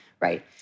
right